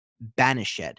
banished